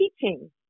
teaching